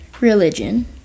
religion